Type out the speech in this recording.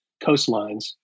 coastlines